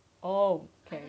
oh okay